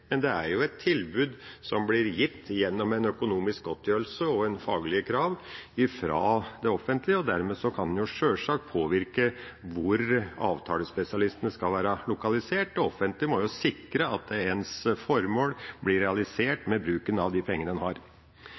offentlige, og dermed kan en sjølsagt påvirke hvor avtalespesialistene skal være lokalisert. Det offentlige må jo sikre at formålet blir realisert med bruken av de pengene en har.